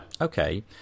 okay